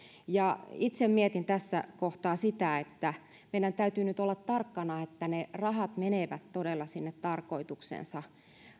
ja itse mietin tässä kohtaa sitä että meidän täytyy nyt olla tarkkana että ne rahat menevät todella sinne tarkoitukseensa